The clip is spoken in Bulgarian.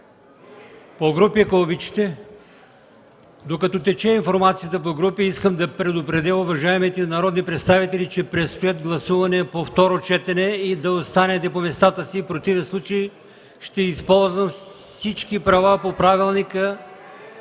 по групи. Докато тече информацията по групи, искам да предупредя уважаемите народни представители, че предстои гласуване по второ четене и моля да останете по местата си. В противен случай ще използвам всички права по правилника,